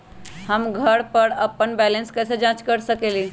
हम घर पर अपन बैलेंस कैसे जाँच कर सकेली?